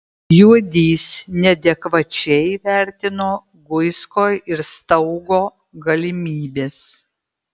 juodys neadekvačiai vertino guisko ir staugo galimybes